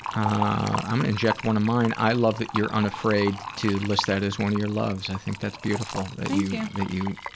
ah inject one of mine, i love that you're unafraid to list that as one of your loves, i think that's beautiful yeah that you